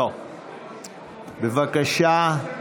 בבקשה.